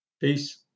Peace